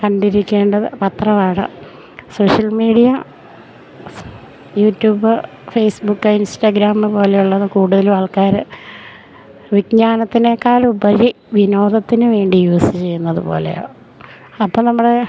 കണ്ടിരിക്കേണ്ടത് പത്രമാണ് social media YouTube Facebook Instagram പോലെയുള്ളത് കൂടുതലും ആൾക്കാർ വിജ്ഞാനത്തിനേക്കാളുപരി വിനോദത്തിന് വേണ്ടി യൂസ് ചെയ്യുന്നത് പോലെയാണ് അപ്പം നമ്മുടെ